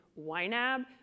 YNAB